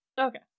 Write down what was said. Okay